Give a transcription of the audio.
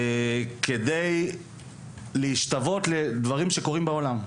כדי להשתוות לדברים שקורים בעולם.